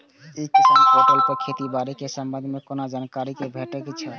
ई किसान पोर्टल पर खेती बाड़ी के संबंध में कोना जानकारी भेटय छल?